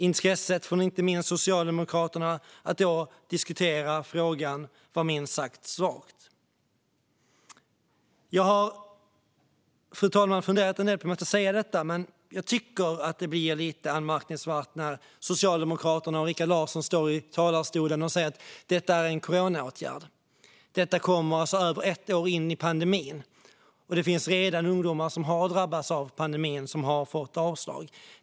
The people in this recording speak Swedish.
Intresset från inte minst Socialdemokraterna för att diskutera frågan var då minst sagt svagt. Fru talman! Jag har funderat en del på om jag ska säga detta, men jag tycker att det blir lite anmärkningsvärt när Socialdemokraternas Rikard Larsson står i talarstolen och säger att detta är en coronaåtgärd. Detta kommer alltså över ett år in i pandemin. Det finns redan ungdomar som har drabbats av pandemin och fått avslag.